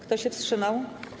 Kto się wstrzymał?